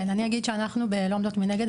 כן, אני אגיד שאנחנו ב"לא עומדות מנגד"